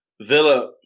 Villa